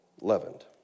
leavened